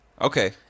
Okay